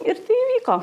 ir tai įvyko